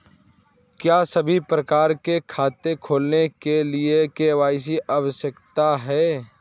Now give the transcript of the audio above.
क्या सभी प्रकार के खाते खोलने के लिए के.वाई.सी आवश्यक है?